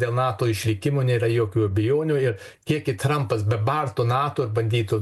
dėl nato išlikimo nėra jokių abejonių ir kiek jį trampas bebartų nato ir bandytų